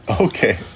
Okay